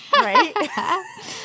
Right